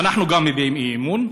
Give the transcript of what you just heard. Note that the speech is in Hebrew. אנחנו גם מביעים בו אי-אמון.